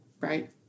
right